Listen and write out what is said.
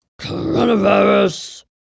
coronavirus